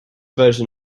version